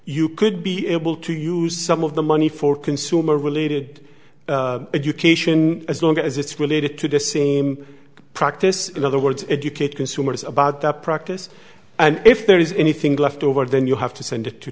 you could be able to use some of the money for consumer related education as long as it's related to the same practice in other words educate consumers about the practice and if there is anything left over then you have to send it to